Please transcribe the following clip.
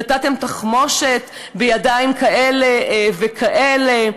נתתם תחמושת בידיים כאלה וכאלה.